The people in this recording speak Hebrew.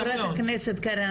חה"כ קרן,